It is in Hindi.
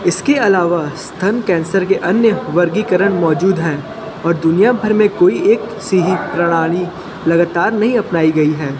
इसके अलावा स्तन कैंसर के अन्य वर्गीकरण मौजूद हैं और दुनियाभर में कोई एक सी ही प्रणाली लगातार नहीं अपनाई गई हैं